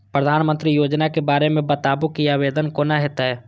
प्रधानमंत्री योजना के बारे मे बताबु की आवेदन कोना हेतै?